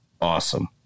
awesome